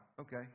okay